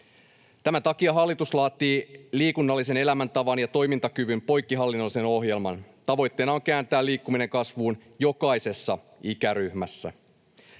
Tämän takia hallitus laatii liikunnallisen elämäntavan ja toimintakyvyn poikkihallinnollisen ohjelman. Tavoitteena on kääntää liikkuminen kasvuun jokaisessa ikäryhmässä.